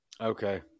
Okay